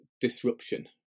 disruption